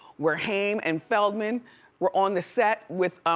where haim and feldman were on the set with,